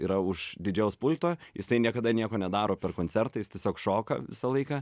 yra už didžėjaus pulto jisai niekada nieko nedaro per koncertą jis tiesiog šoka visą laiką